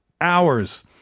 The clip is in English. hours